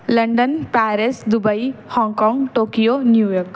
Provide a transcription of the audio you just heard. London Paris Dubai Hong Kong Tokyo New York